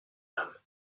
nomme